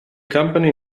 company